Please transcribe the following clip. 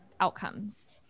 outcomes